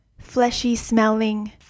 fleshy-smelling